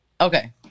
Okay